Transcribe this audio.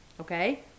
Okay